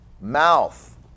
mouth